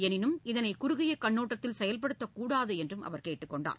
எனினும் இதனை குறுகிய கண்ணோட்டத்தில் செயல்படுத்தக் கூடாது என்றும் அவர் கேட்டுக்கொண்டார்